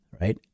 right